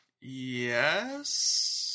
Yes